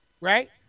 right